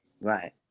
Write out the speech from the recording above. Right